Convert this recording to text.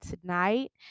tonight